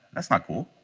that's not cool.